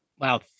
Wow